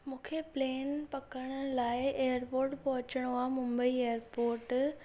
मूंखे प्लेन पकिड़ण लाइ एअरपोर्ट पहुंचणो आहे मुंबई एअरपोर्ट